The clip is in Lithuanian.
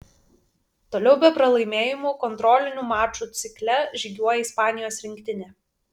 toliau be pralaimėjimų kontrolinių mačų cikle žygiuoja ispanijos rinktinė